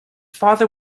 father